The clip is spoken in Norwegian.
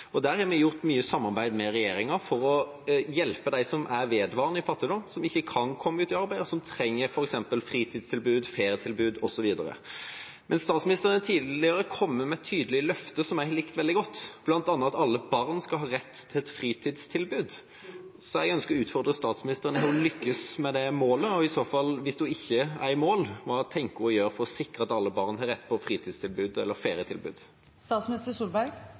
har vi hatt mye samarbeid med regjeringa for å hjelpe dem som vedvarende lever i fattigdom, som ikke kan komme seg ut i arbeid, og som trenger f.eks. fritidstilbud, ferietilbud, osv. Statsministeren har tidligere kommet med tydelige løfter som jeg har likt veldig godt, bl.a. at alle barn skal ha rett til et fritidstilbud. Jeg ønsker å utfordre statsministeren på om hun har lyktes med det målet. Hvis hun ikke er i mål, hva tenker hun å gjøre for å sikre at alle barn har rett til fritids- eller